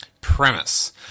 Premise